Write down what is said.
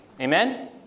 Amen